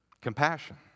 Compassion